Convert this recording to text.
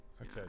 Okay